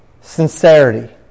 sincerity